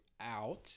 out